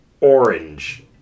orange